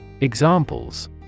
Examples